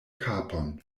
kapon